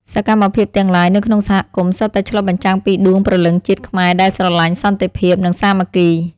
សកម្មភាពទាំងឡាយនៅក្នុងសហគមន៍សុទ្ធតែឆ្លុះបញ្ចាំងពីដួងព្រលឹងជាតិខ្មែរដែលស្រឡាញ់សន្តិភាពនិងសាមគ្គី។